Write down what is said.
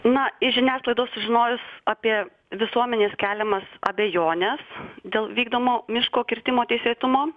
na iš žiniasklaidos sužinojus apie visuomenės keliamas abejones dėl vykdomo miško kirtimo teisėtumo